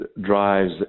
drives